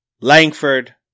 Langford